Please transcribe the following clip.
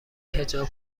حجاب